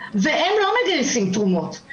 והם לא מגייסים תרומות.